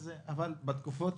אז --- אבל בתקופות